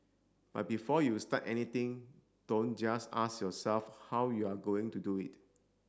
but before you start anything don't just ask yourself how you're going to do it